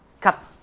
cup